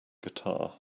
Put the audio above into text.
guitar